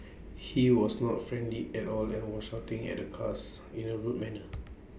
he was not friendly at all and was shouting at the cars in A rude manner